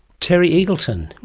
terry eagleton,